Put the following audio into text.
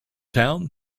town